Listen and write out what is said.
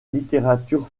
littérature